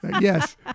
yes